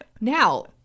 Now